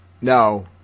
No